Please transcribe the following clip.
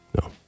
No